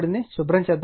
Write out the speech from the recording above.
దాన్ని శుభ్రం చేద్దాం